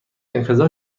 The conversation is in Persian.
انقضا